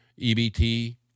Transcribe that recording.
EBT